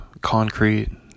concrete